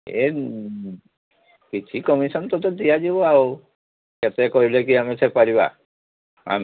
ଏ କିଛି କମିଶନ୍ ତତେ ଦିଆଯିବ ଆଉ କେତେ କହିଲେ କି ଆମେ ସେ ପାରିବା ଆମ